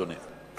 אדוני.